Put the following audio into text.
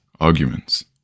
Arguments